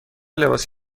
لباس